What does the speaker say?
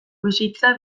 bizitza